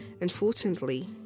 Unfortunately